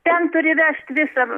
ten turi vežt visą